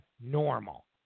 normal